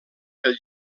pel